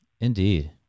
Indeed